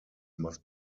must